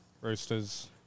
Roosters